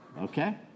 Okay